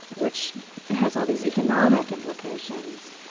which has all these economic implications,